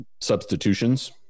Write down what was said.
substitutions